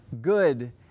good